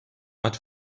but